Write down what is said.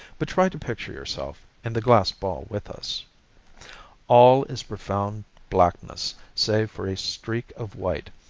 but try to picture yourself in the glass ball with us all is profound blackness save for a streak of white,